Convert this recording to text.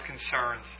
concerns